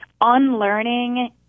unlearning